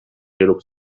grups